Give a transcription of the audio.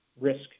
risk